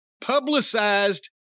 publicized